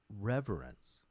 reverence